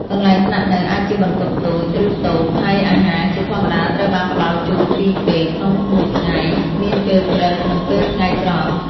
កន្លែងស្នាក់នៅអាចជាបន្ទប់តូច ឬតូប ហើយអាហារជាធម្មតាត្រូវបានផ្តល់ជូនពីរពេលក្នុងមួយថ្ងៃ មានពេលព្រឹកនិងពេលថ្ងៃត្រង់។